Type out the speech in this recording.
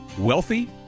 Wealthy